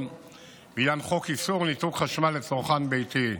בעניין חוק איסור ניתוק חשמל לצרכן ביתי,